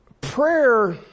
prayer